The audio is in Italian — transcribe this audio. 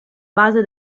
base